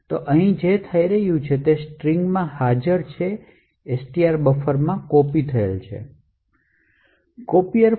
તો અહીં જે થઈ રહ્યું છે તે છે તે સ્ટ્રિંગ જેમાં હાજર છે STR બફરમાં કોપી થયેલ છે